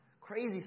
Crazy